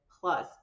plus